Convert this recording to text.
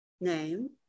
name